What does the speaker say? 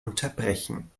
unterbrechen